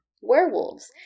werewolves